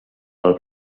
pel